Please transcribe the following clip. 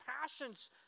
passion's